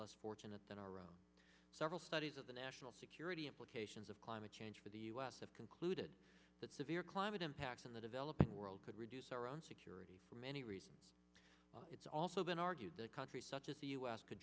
less fortunate than our own several studies of the national security implications of climate change for the us have concluded that severe climate impacts in the developing world could reduce our own security for many reasons it's also been argued that countries such as the us could